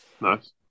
Nice